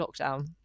lockdown